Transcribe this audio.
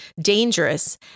dangerous